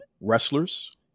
wrestlers